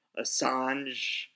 Assange